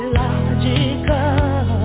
logical